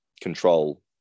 control